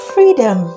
Freedom